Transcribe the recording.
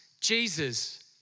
Jesus